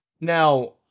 now